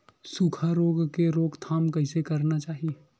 सुखा रोग के रोकथाम कइसे करना चाही?